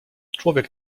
człowiek